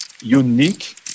unique